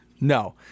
No